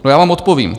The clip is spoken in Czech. No já vám odpovím.